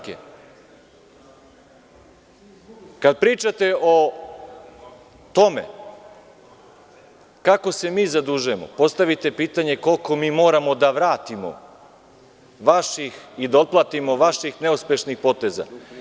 Kada pričate o tome kako se mi zadužujemo postavite pitanje koliko mi moramo da vratimo vaših i da otplatimo vaših neuspešnih poteza.